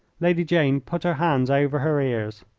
lady jane put her hands over her ears.